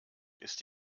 ist